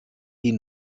die